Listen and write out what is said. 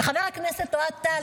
וחבר הכנסת אוהד טל,